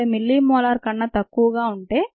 5 millimolar కన్న తక్కువ ఉంటే